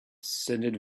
sending